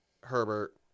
Herbert